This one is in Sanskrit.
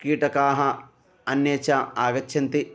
कीटकाः अन्ये च आगच्छन्ति